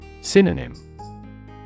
Synonym